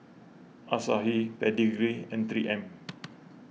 Asahi Pedigree and three M